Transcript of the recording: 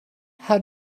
how